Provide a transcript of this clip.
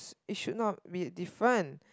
it should not be different